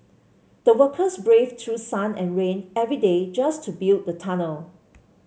the workers braved through sun and rain every day just to build the tunnel